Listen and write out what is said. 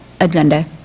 agenda